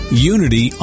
Unity